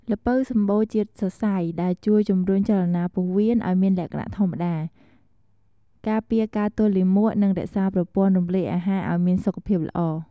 ល្ពៅសម្បូរជាតិសរសៃ ដែលជួយជំរុញចលនាពោះវៀនឲ្យមានលក្ខណៈធម្មតា ការពារការទល់លាមក និងរក្សាប្រព័ន្ធរំលាយអាហារឲ្យមានសុខភាពល្អ។